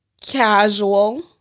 Casual